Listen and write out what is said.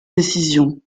décision